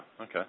okay